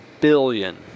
billion